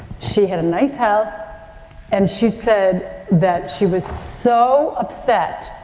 she had a nice house and she said that she was so upset,